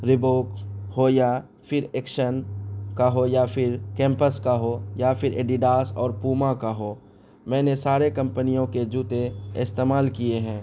Reebok ہو یا پھر ایکشن کا ہو یا پھر کیمپس کا ہو یا پھر ایڈیڈاس اور پووما کا ہو میں نے سارے کمپنیوں کے جوتے استعمال کیے ہیں